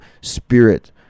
spirit